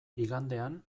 igandean